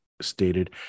stated